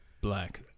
Black